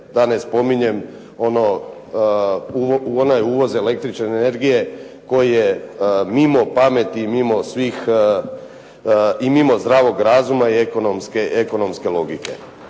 ono, u onaj uvoz električne energije koji je mimo pameti, mimo svih i mimo zdravog razuma ekonomske logike.